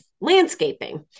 landscaping